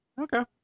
Okay